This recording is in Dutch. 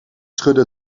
schudde